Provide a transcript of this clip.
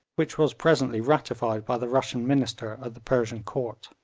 which was presently ratified by the russian minister at the persian court.